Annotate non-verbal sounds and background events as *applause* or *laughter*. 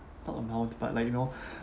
not amount but like you know *breath*